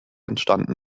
entstanden